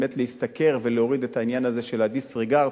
להשתכר ולהוריד את העניין הזה של disregard,